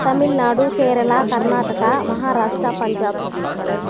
Tamil Nadu Kerala Karnataka Maharashtra Punjab